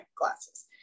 glasses